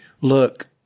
look